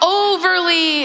overly